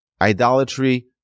idolatry